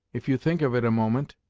if you think of it a moment.